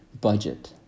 budget